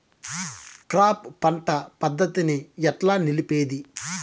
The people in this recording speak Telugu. క్రాప్ పంట పద్ధతిని ఎట్లా నిలిపేది?